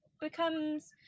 becomes